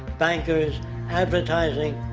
bankers advertising.